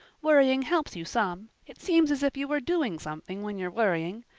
worrying helps you some it seems as if you were doing something when you're worrying.